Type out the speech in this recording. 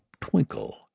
twinkle